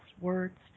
words